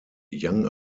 young